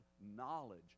knowledge